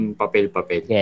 papel-papel